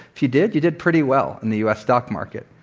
if you did, you did pretty well in the u. s. stock market.